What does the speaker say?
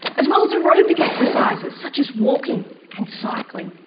as well as a aerobic exercises such as walking and cycling.